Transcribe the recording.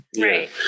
Right